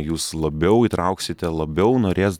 jūs labiau įtrauksite labiau norės